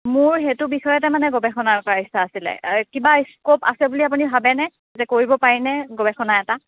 মোৰ সেইটো বিষয়ে তাৰমানে গৱেষণা কৰাৰ ইচ্ছা আছিল কিবা স্ক'প আছে বুলি আপুনি ভাবেনে যে কৰিব পাৰিনে গৱেষণা এটা